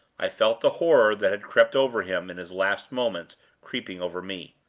i felt the horror that had crept over him in his last moments creeping over me.